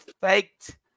faked